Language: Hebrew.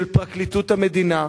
של פרקליטות המדינה,